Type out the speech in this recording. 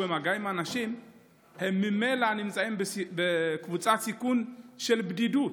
במגע עם אנשים ממילא נמצאים בקבוצת סיכון של בדידות.